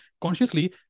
consciously